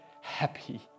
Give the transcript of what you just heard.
happy